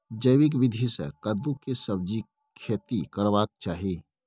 जैविक विधी से कद्दु के सब्जीक खेती करबाक चाही?